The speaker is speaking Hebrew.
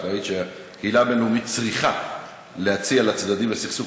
הוחלט שקהילה הבין-לאומית צריכה להציע לצדדים לסכסוך